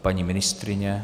Paní ministryně?